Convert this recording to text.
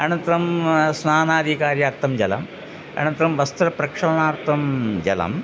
अनन्तरं स्नानादि कार्यार्थं जलम् अनन्तरं वस्त्रप्रक्षालनार्थं जलम्